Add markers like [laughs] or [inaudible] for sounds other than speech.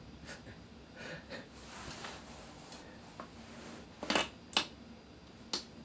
[laughs]